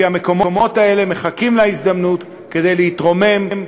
כי המקומות האלה מחכים להזדמנות כדי להתרומם,